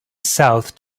south